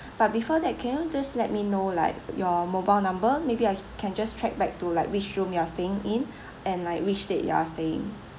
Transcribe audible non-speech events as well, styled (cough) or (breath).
but before that can you just let me know like your mobile number maybe I can just track back to like which room you are staying in (breath) and like which date you are staying